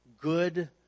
good